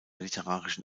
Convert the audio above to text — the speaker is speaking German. literarischen